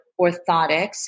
orthotics